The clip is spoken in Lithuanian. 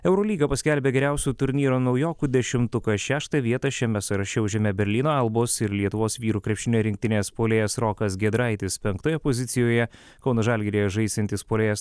eurolyga paskelbė geriausių turnyro naujokų dešimtuką šeštą vietą šiame sąraše užėmė berlyno albos ir lietuvos vyrų krepšinio rinktinės puolėjas rokas giedraitis penktoje pozicijoje kauno žalgiryje žaisiantis puolėjas